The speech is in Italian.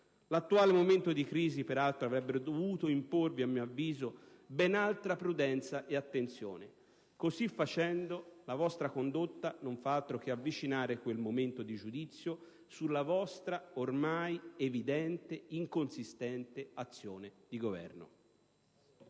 L'attuale momento di crisi, peraltro, avrebbe dovuto imporvi a mio avviso, ben altra prudenza e attenzione. Così facendo la vostra condotta non fa altro che avvicinare quel momento di giudizio sulla vostra ormai evidente inconsistente azione di governo.